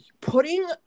putting